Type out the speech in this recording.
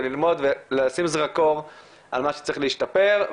זה ללמוד ולשים זרקור על מה שצריך להשתפר,